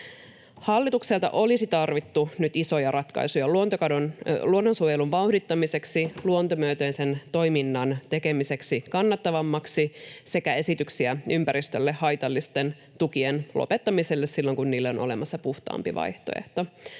Hallitukselta olisi tarvittu nyt isoja ratkaisuja luonnonsuojelun vauhdittamiseksi, luontomyönteisen toiminnan tekemiseksi kannattavammaksi sekä esityksiä ympäristölle haitallisten tukien lopettamiseksi silloin, kun niille on olemassa puhtaampi vaihtoehto.